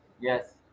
Yes